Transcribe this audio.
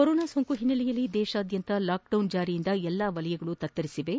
corona ಸೋಂಕಿನ ಓನ್ನಲೆಯಲ್ಲಿ ದೇತಾದ್ಯಂತ ಲಾಕ್ಡೌನ್ ಜಾರಿಯಿಂದ ಎಲ್ಲಾ ವಲಯಗಳು ತತ್ತರಿಸಿ ಹೋಗಿವೆ